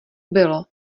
bylo